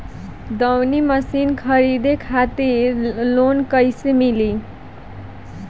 दऊनी मशीन खरीदे खातिर लोन कइसे मिली?